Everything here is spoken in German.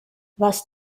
was